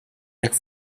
jekk